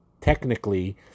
technically